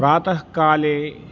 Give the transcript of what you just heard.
प्रातःकाले